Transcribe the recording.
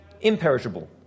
imperishable